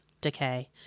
decay